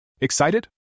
Excited